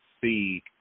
see